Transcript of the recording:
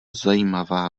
zajímavá